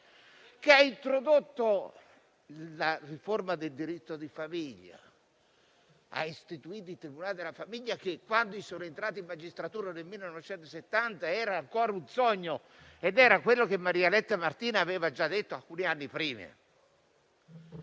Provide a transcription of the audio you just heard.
che ha introdotto la riforma del diritto di famiglia e istituito il tribunale della famiglia, che, quando sono entrato in magistratura nel 1970, era ancora un sogno; era quello che Maria Eletta Martini aveva già detto alcuni anni prima.